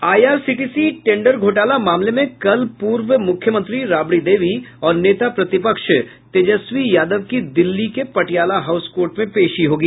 IRCTC tender घोटाला मामले में कल पूर्व मुख्यमंत्री राबड़ी देवी और नेता प्रतिपक्ष तेजस्वी यादव की दिल्ली के पटियाला हाउस कोर्ट में पेशी होगी